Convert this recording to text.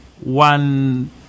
one